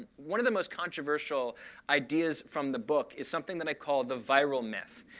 one of the most controversial ideas from the book is something that i call the viral myth.